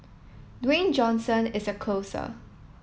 Dwayne Johnson is a closer